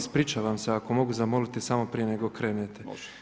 Ispričavam se, ako mogu zamoliti samo prije nego krenete.